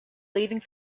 leaving